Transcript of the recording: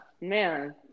man